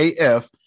AF